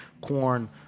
corn